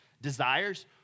desires